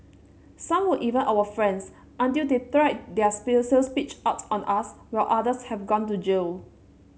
some were even our friends until they tried their sales pitch out on us while others have gone to jail